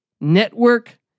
network